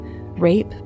rape